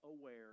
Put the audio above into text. aware